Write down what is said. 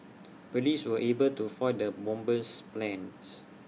Police were able to foil the bomber's plans